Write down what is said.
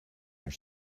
your